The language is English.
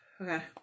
Okay